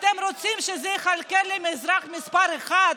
אתם רוצים שזה יחלחל לאזרח מספר אחת?